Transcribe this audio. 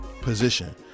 position